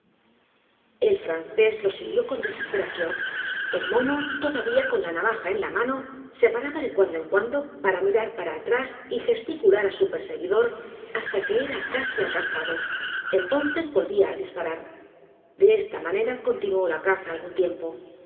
el francés lo siguió con desesperación el mono todavía con la navaja en la mano se paraba de cuando en cuando p a r a mirar p a r a atrás y gesticular á su perseguidor hasta que era casi alcanzado entonces volvía á disparar de esta manera continuó la caza algún tiempo